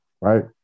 right